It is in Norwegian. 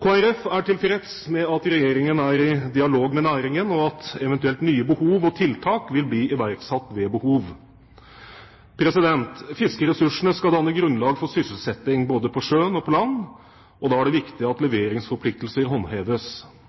Kristelig Folkeparti er tilfreds med at Regjeringen er i dialog med næringen, og at eventuelle nye tiltak vil bli iverksatt ved behov. Fiskeressursene skal danne grunnlag for sysselsetting både på sjøen og på land. Da er det viktig at